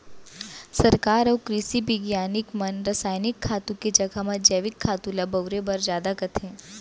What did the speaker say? सरकार अउ कृसि बिग्यानिक मन रसायनिक खातू के जघा म जैविक खातू ल बउरे बर जादा कथें